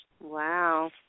Wow